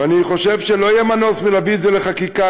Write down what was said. ואני חושב שלא יהיה מנוס מלהביא את זה לחקיקה,